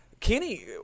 Kenny